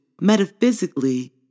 Metaphysically